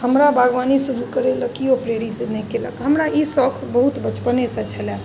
हमरा बागवानी शुरू करै लऽ केओ प्रेरित नहि कयलक हमरा ई शौख बहुत बचपनेसँ छलैया